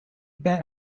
bent